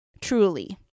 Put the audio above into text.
truly